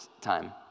time